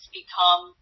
become